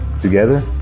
Together